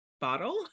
bottle